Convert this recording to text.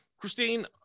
Christine